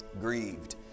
Grieved